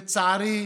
לצערי,